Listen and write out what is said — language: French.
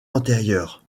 antérieurs